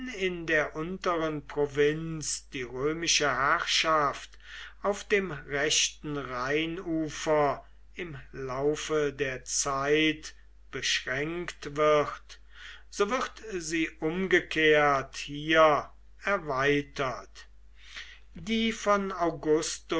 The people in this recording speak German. in der unteren provinz die römische herrschaft auf dem rechten rheinufer im laufe der zeit beschränkt wird so wird sie umgekehrt hier erweitert die von